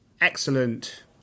excellent